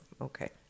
okay